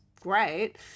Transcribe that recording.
great